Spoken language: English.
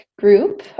group